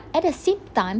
at the same time